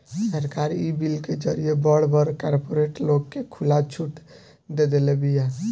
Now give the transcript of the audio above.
सरकार इ बिल के जरिए से बड़ बड़ कार्पोरेट लोग के खुला छुट देदेले बिया